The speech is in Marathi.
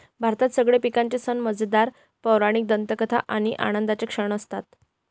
भारतात सगळे पिकांचे सण मजेदार, पौराणिक दंतकथा आणि आनंदाचे सण आहे